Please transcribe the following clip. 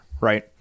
right